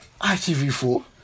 ITV4